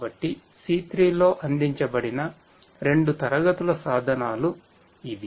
కాబట్టి C3 లో అందించబడిన రెండు తరగతుల సాధనాలు ఇవి